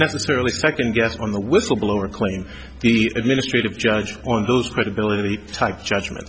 necessarily second guess on the whistleblower claim the administrative judge on those credibility type judgment